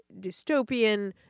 dystopian